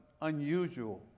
unusual